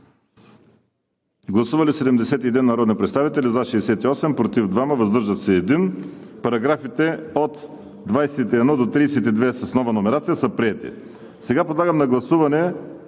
Гласували 71 народни представители: за 68, против 2, въздържал се 1. Параграфи от 21 до 32 с новата номерация са приети. Сега подлагам на гласуване